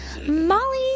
Molly